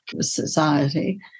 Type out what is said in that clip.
society